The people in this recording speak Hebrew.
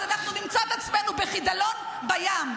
אז אנחנו נמצא את עצמנו בחידלון בים.